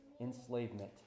enslavement